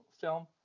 film